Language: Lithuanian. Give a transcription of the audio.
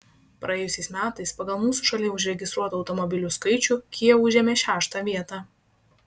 praėjusiais metais pagal mūsų šalyje užregistruotų automobilių skaičių kia užėmė šeštą vietą